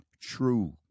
true